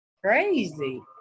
Crazy